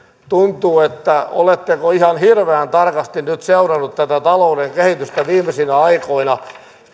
tuntuu että oletteko ihan hirveän tarkasti nyt seurannut tätä talouden kehitystä viime aikoina